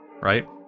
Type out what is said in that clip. Right